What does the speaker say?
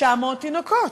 900 תינוקות.